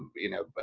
you know, but